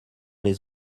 les